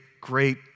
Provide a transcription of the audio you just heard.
great